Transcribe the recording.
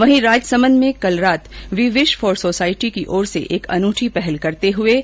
वहीं राजसमंद में कल रात वी विश फोर सोसायटी की ओर से अनुठी पहल करते हुए